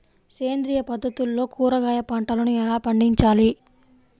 సేంద్రియ పద్ధతుల్లో కూరగాయ పంటలను ఎలా పండించాలి?